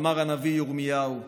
אמר הנביא ירמיהו.